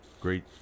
Great